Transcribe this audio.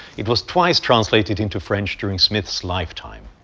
it was twice translated into french during smith's lifetime.